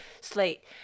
slate